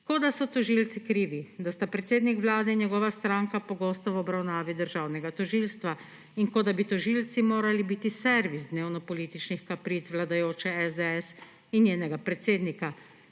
Kot da so tožilci krivi, da sta predsednik Vlade in njegova stranka pogosto v obravnavi državnega tožilstva in kot da bi tožilci morali biti servis dnevnopolitičnih kapric vladajoče SDS in njenega predsednika.